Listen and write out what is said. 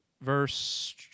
verse